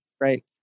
right